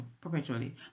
perpetually